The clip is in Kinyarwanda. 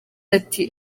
ati